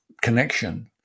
connection